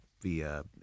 via